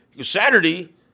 Saturday